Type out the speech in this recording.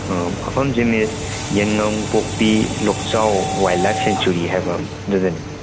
ꯑꯥ ꯃꯐꯝꯁꯦ ꯃꯤꯁ Yaingangpokpi Lokchao wildlife sanctuary ꯍꯥꯏꯕꯗꯨꯗꯅꯤ ꯃꯤꯁ